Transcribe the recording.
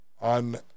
on